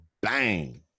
bang